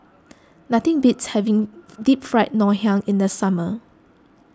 nothing beats having Deep Fried Ngoh Hiang in the summer